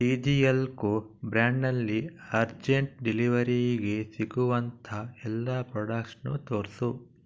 T G L co ಬ್ರಾಂಡ್ನಲ್ಲಿ urgent ಡೆಲಿವರಿಗೆ ಸಿಗುವಂಥ ಎಲ್ಲ ಪ್ರಾಡಕ್ಟ್ಸ್ನು ತೋರಿಸು